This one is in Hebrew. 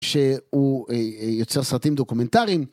שהוא יוצר סרטים דוקומנטריים.